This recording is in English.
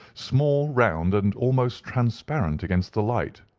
small, round, and almost transparent against the light.